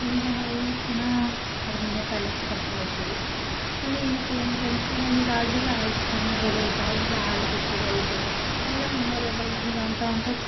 ಅಲ್ಲಿಂದ ನಾವು ಪುನಃ ಅರಮನೆ ಪ್ಯಾಲೇಸ್ ಕರ್ಕೊಂಡು ಹೋಗ್ತೀವಿ ಅಲ್ಲಿ ಏನಕ್ಕೆ ಅಂತ ಅಂದ್ರೆ ಅಲ್ಲಿ ರಾಜರ ಆಸ್ಥಾನಗಳು ಅಲ್ಲಿ ರಾಜರ ಆಳ್ವಿಕೆಗಳದ್ದು ಎಲ್ಲ ಮೆಮೊರೇಬಲ್ ಇರುವಂಥ ಅಂತ